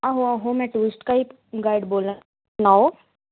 आहो आहो में टुरिस्ट गाईड बोला करना सनाओ